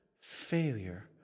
failure